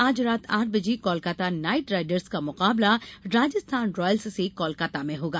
आज रात आठ बजे कोलकाता नाइट राइडर्स का मुकाबला राजस्थान रॉयल्स से कोलकाता में होगा